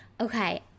okay